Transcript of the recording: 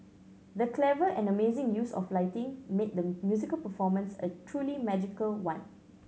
the clever and amazing use of lighting made the musical performance a truly magical one